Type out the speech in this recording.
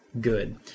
good